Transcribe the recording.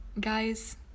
Guys